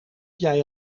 jij